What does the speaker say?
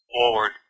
forward